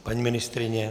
Paní ministryně?